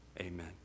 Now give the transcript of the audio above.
amen